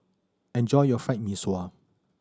enjoy your Fried Mee Sua